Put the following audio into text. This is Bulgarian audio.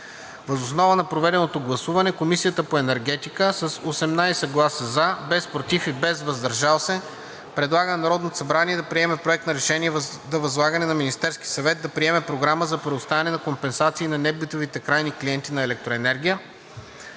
Въз основа на проведеното гласуване Комисията по енергетика с 18 гласа „за“, без „против“ и без „въздържал се“ предлага на Народното събрание да приеме Проект на решение за възлагане на Министерския съвет да приеме програма за предоставяне на компенсации на небитовите крайни клиенти на електроенергия,